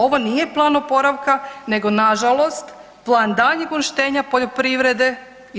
Ovo nije plan oporavka nego nažalost plan daljnjeg uništenja poljoprivrede i RH.